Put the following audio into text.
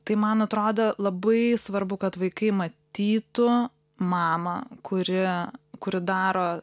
tai man atrodo labai svarbu kad vaikai matytų mamą kuri kuri daro